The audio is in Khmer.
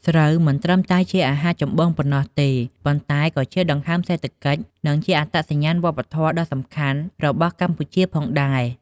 ស្រូវ មិនត្រឹមតែជាអាហារចម្បងប៉ុណ្ណោះទេ ប៉ុន្តែក៏ជាដង្ហើមសេដ្ឋកិច្ច និងជាអត្តសញ្ញាណវប្បធម៌ដ៏សំខាន់របស់ប្រទេសកម្ពុជាផងដែរ។